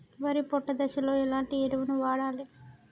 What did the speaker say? వరి పొట్ట దశలో ఎలాంటి ఎరువును వాడాలి?